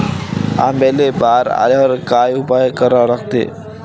आंब्याले बार आल्यावर काय उपाव करा लागते?